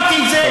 אמרתי את זה,